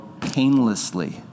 painlessly